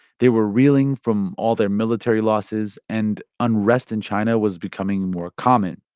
they were reeling from all their military losses, and unrest in china was becoming more common.